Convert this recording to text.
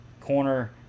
corner